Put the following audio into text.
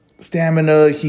stamina